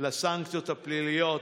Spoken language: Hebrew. לסנקציות הפליליות